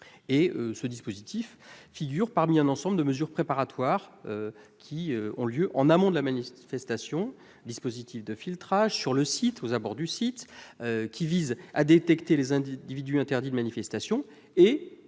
Ce dispositif figure parmi un ensemble de mesures préparatoires, qui ont lieu en amont de la manifestation, et peut être mis en oeuvre sur le site et aux abords du site. Il vise à détecter les individus interdits de manifestation et